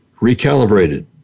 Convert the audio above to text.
recalibrated